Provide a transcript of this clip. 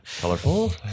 colorful